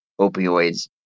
opioids